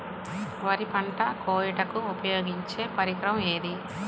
వరి పంట కోయుటకు ఉపయోగించే పరికరం ఏది?